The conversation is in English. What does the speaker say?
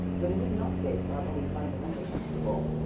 but it is not based on any fundamental principle.